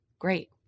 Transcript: Great